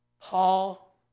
Paul